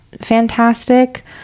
fantastic